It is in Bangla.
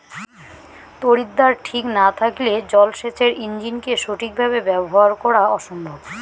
তড়িৎদ্বার ঠিক না থাকলে জল সেচের ইণ্জিনকে সঠিক ভাবে ব্যবহার করা অসম্ভব